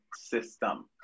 system